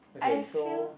I feel